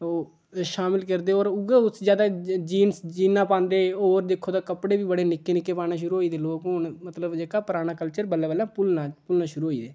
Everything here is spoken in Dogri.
ओह् शामल करदे होर उ'ऐ उसी ज्यादा जीन्स जीनां पांदे होर दिक्खो तां कपड़े बी बड़े निक्के निक्के पाने शुरू होई गेदे लोक हून मतलब जेह्का पराना कल्चर बल्लें बल्लें भुल्लना भुल्लना शुरू होई गेदे